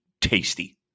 tasty